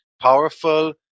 powerful